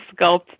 sculpt